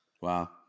Wow